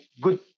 good